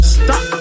stop